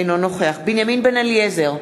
אינו נוכח בנימין בן-אליעזר,